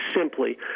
simply